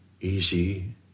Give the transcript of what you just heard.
easy